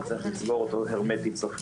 וצריך לסגור אותו הרמטית.